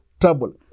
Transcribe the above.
trouble